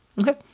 Okay